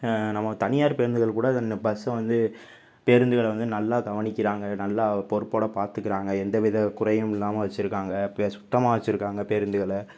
நம்ம தனியார் பேருந்துகள் கூட இது வந்து பஸ்ஸு வந்து பேருந்துகளை வந்து நல்லா கவனிக்கிறாங்க நல்லா பொறுப்போடப் பார்த்துக்கிறாங்க எந்தவித குறையுமில்லாமல் வச்சுக்கிறாங்க பே சுத்தமாக வச்சுருக்காங்க பேருந்துகளை